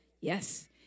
yes